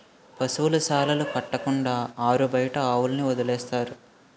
పశువుల శాలలు కట్టకుండా ఆరుబయట ఆవుల్ని వదిలేస్తారు